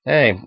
Hey